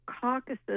caucuses